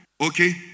okay